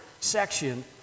section